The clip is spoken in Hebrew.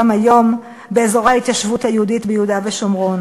היום באזורי ההתיישבות היהודית ביהודה ושומרון,